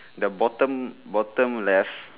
the bottom bottom left